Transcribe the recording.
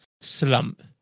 slump